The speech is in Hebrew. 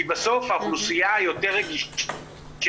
כי בסוף האוכלוסייה היותר רגישה,